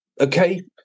okay